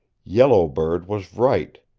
yellow bird was right,